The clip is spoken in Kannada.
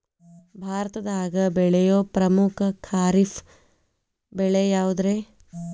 ಭಾರತದಾಗ ಬೆಳೆಯೋ ಪ್ರಮುಖ ಖಾರಿಫ್ ಬೆಳೆ ಯಾವುದ್ರೇ?